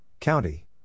County